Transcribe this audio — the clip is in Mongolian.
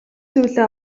зүйлээ